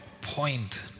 point